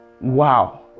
Wow